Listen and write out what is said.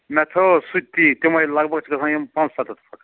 مےٚ تھٲو سُہ تہِ تی تِمٕے لگ بَگ چھِ گژھان یِم پانٛژسَتتھ فُٹہٕ